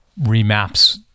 remaps